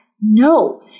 No